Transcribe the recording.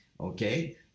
Okay